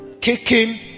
kicking